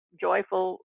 joyful